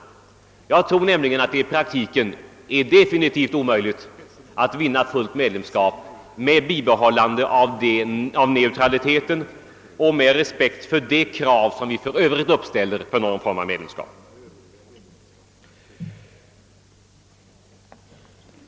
I praktiken tror jag nämligen att det är definitivt omöjligt att vinna fullt medlemskap med bibehållande av neutraliteten och med respekt för de krav som vi för övrigt uppställer för medlemskap.